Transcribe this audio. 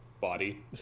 body